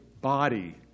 body